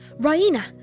Raina